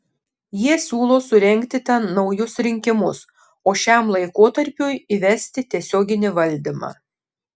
jie siūlo surengti ten naujus rinkimus o šiam laikotarpiui įvesti tiesioginį valdymą